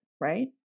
right